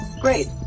Great